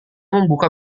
membuka